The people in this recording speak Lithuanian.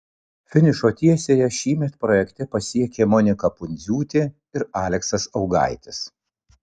finišo tiesiąją šįmet projekte pasiekė monika pundziūtė ir aleksas augaitis